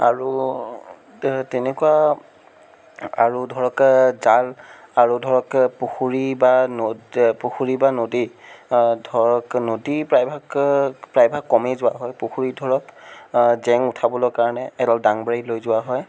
আৰু তেনেকুৱা আৰু ধৰক জাল আৰু ধৰক পুুখুৰী বা নদী পুখুৰী বা নদী ধৰক নদী প্ৰায়ভাগ প্ৰায়ভাগ কমেই যোৱা হয় পুখুৰীত ধৰক জেং উঠাবলৈ কাৰণে এডাল ডাং বাৰি লৈ যোৱা হয়